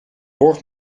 borg